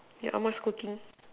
yeah ah-ma's cooking